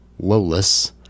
Lowless